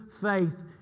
faith